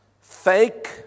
fake